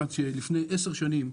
שלפני 10 שנים,